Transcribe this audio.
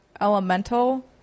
elemental